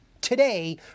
today